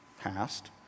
past